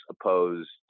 opposed